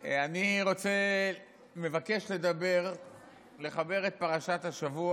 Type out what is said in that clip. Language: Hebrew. אני מבקש לדבר ולחבר את פרשת השבוע,